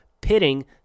pitting